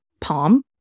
palm